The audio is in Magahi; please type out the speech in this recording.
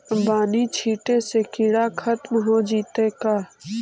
बानि छिटे से किड़ा खत्म हो जितै का?